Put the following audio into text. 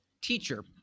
teacher